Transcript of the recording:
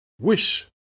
wish